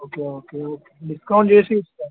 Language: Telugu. ఓకే ఓకే ఓకే డిస్కౌంట్ చేసి ఇస్తాను